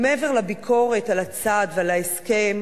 מעבר לביקורת על הצעד ועל ההסכם,